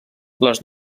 les